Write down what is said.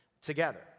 together